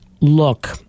look